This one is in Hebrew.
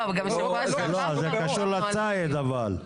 לא, זה קשור לציד אבל.